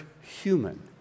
human